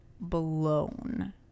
blown